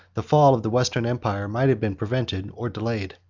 the fall of the western empire might have been prevented or delayed.